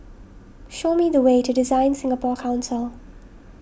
show me the way to DesignSingapore Council